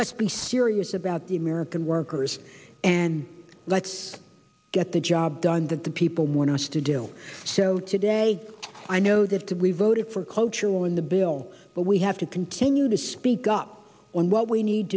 let's be serious about the american workers and get the job done that the people want us to do so today i know they have to be voted for cultural in the bill but we have to continue to speak up on what we need